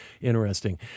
interesting